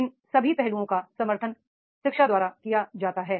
इन सभी पहलुओं का समर्थन शिक्षा द्वारा किया जाता है